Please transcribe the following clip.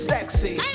Sexy